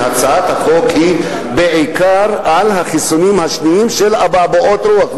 הצעת החוק היא בעיקר על החיסונים השניים לאבעבועות רוח,